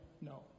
no